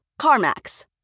CarMax